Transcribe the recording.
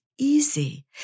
easy